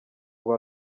ubu